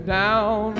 down